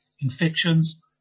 infections